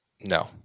No